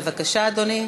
בבקשה, אדוני.